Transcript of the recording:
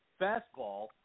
fastball